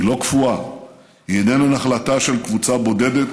היא לא קפואה, היא איננה נחלתה של קבוצה בודדת